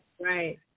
Right